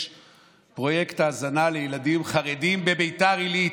פרויקט הזנה לילדים חרדים בביתר עילית.